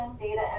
data